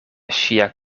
ŝia